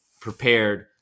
prepared